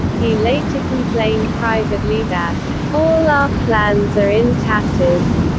he later complained privately that all our plans are in tatters.